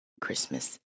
Christmas